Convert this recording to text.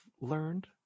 learned